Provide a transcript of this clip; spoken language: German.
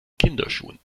kinderschuhen